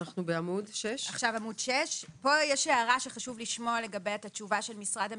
בעמוד 6. כאן יש הערה שחשוב לשמוע לגביה את התשובה של משרד המשפטים.